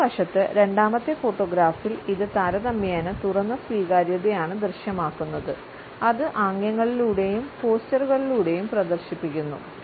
മറുവശത്ത് രണ്ടാമത്തെ ഫോട്ടോഗ്രാഫിൽ ഇത് താരതമ്യേന തുറന്ന സ്വീകാര്യതയാണ് ദൃശ്യമാകുന്നത് അത് ആംഗ്യങ്ങളിലൂടെയും പോസ്ചറുകളിലൂടെയും പ്രദർശിപ്പിക്കുന്നു